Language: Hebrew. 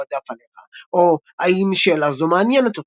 המועדף עליך?" או "האם שאלה זו מעניינת אותך?"